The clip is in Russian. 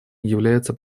является